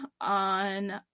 on